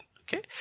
okay